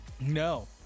No